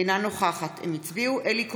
אינה נוכחת אלי כהן,